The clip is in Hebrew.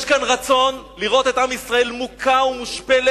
יש כאן רצון לראות את עם ישראל מוכה ומושפל,